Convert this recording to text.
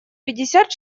пятьдесят